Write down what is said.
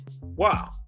Wow